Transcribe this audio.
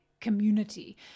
community